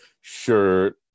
shirt